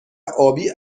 آبی